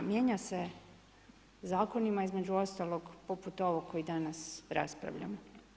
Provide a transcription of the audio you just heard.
Mijenja se zakonima između ostalog poput ovog koji danas raspravljamo.